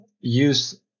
use